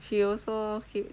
she also keep